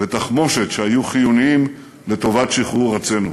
ותחמושת שהיו חיוניים לשחרור ארצנו.